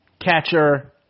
catcher